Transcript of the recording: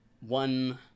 one